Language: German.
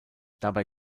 dabei